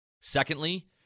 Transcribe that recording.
Secondly